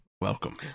Welcome